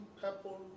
purple